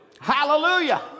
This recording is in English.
Hallelujah